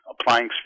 applying